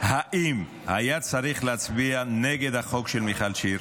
האם היה צריך להצביע נגד החוק של מיכל שיר?